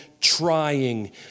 trying